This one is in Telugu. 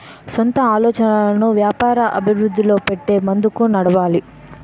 సొంత ఆలోచనలను వ్యాపార అభివృద్ధిలో పెట్టి ముందుకు నడవాలి